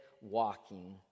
Walking